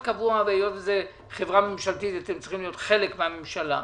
היות וזו חברה ממשלתית אתם צריכים להיות חלק מן הממשלה.